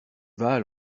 vas